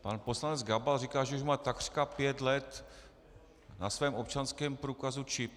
Pan poslanec Gabal říká, že už má takřka pět let na svém občanském průkazu čip.